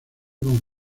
con